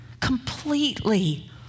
completely